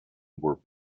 were